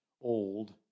old